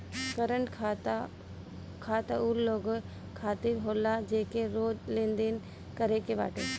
current खाता उ लोगन खातिर होला जेके रोज लेनदेन करे के बाटे